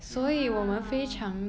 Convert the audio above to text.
ya